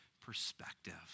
perspective